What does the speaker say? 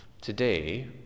today